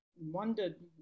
wondered